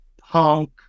punk